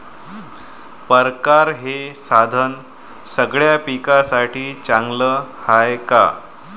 परकारं हे साधन सगळ्या पिकासाठी चांगलं हाये का?